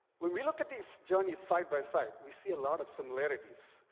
when we look at the so journeys side-by-side, we see a lot of similarities.